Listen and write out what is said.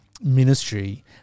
ministry